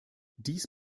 dies